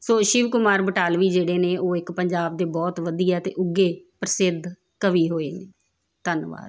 ਸੋ ਸ਼ਿਵ ਕੁਮਾਰ ਬਟਾਲਵੀ ਜਿਹੜੇ ਨੇ ਉਹ ਇੱਕ ਪੰਜਾਬ ਦੇ ਬਹੁਤ ਵਧੀਆ ਅਤੇ ਉੱਘੇ ਪ੍ਰਸਿੱਧ ਕਵੀ ਹੋਏ ਨੇ ਧੰਨਵਾਦ